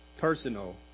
personal